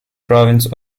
province